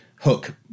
hook